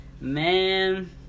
man